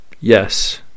Yes